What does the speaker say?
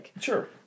Sure